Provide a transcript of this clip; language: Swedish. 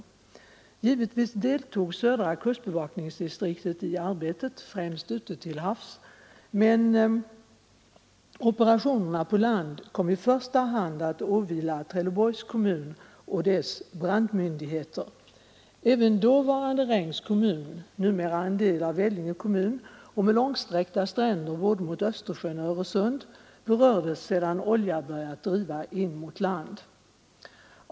Naturligtvis deltog södra kustbevakningsdistriktet i arbetet, främst ute till havs, men operationerna på land kom i första hand att åvila Trelleborgs kommun och dess brandmyndigheter. Även dåvarande Rengs kommun, numera en del av Vellinge kommun och med långsträckta stränder både mot Östersjön och Öresund, berördes sedan oljan börjat driva in mot land.